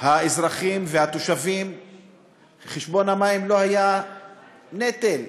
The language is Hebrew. לאזרחים והתושבים חשבון המים לא היה נטל,